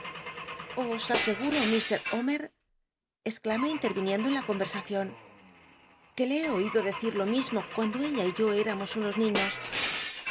os aseguro j o omer exdamé inlcrviniendo en la convcr adon que le he oido decir lo mismo cuando ella y yo éramos unos niños